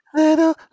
little